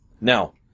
Now